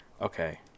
okay